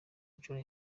nshuro